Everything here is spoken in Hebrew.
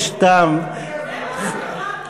יש טעם שנייה.